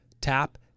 tap